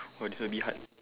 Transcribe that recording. !woah! this one a bit hard